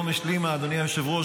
אדוני היושב-ראש,